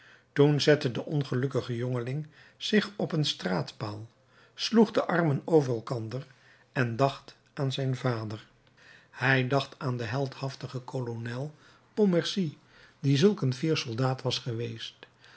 toen zette de ongelukkige jongeling zich op een straatpaal sloeg de armen over elkander en dacht aan zijn vader hij dacht aan den heldhaftigen kolonel pontmercy die zulk een fier soldaat was geweest